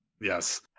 Yes